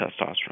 testosterone